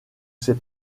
ses